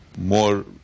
more